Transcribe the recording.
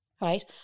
Right